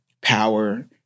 power